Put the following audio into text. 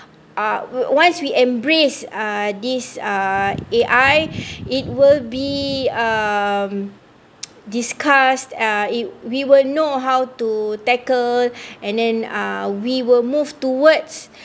uh once we embrace uh this uh A_I it will be um discussed uh it we will know how to tackle and then uh we will move towards